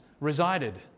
resided